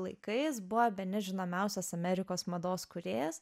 laikais buvo bene žinomiausias amerikos mados kūrėjas